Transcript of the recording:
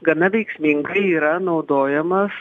gana veiksmingai yra naudojamas